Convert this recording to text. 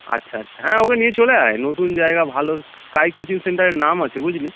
আচ্ছা আচ্ছা হ্যাঁ ওকে নিয়ে চলে আয় নতুন জায়গা ভালো স্কাই কোচিং সেন্টারের নাম আছে বুঝলি